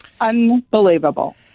Unbelievable